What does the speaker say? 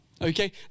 okay